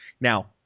Now